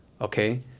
okay